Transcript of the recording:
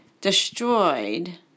destroyed